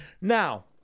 Now